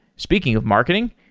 speaking of marketing,